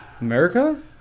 America